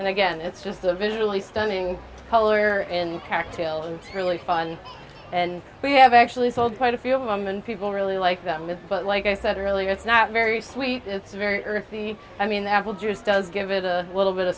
and again it's just a visually stunning color and tactile and really fun and we have actually sold quite a few of them and people really like them but like i said earlier it's not very sweet it's very earthy i mean the apple juice does give it a little bit of